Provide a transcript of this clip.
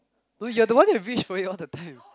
no you're the one that reach for it all the time